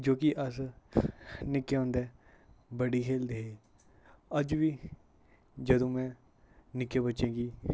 ऐ जो की अस निक्के होंदे बड़ी खेल्लदे हे अज्ज बी जदूं में निक्के बच्चें गी